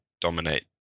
dominate